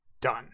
done